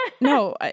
no